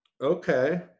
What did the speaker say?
okay